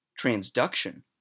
transduction